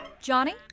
Johnny